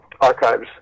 archives